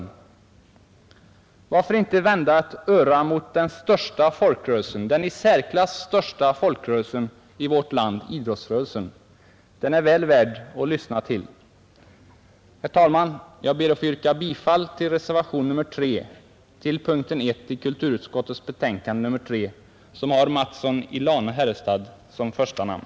Varför inte vända ett öra mot den i särklass största folkrörelsen i vårt land — idrottsrörelsen? Den är väl värd att lyssna till. Herr talman! Jag ber att få yrka bifall till reservationen 3 vid punkten 1 i kulturutskottets betänkande nr 3, som har herr Mattsson i Lane-Herrestad som första namn.